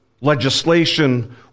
legislation